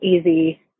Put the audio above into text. easy